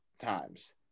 times